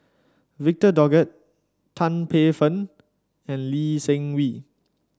Victor Doggett Tan Paey Fern and Lee Seng Wee